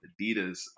Adidas